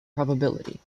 probability